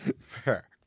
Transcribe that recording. Fair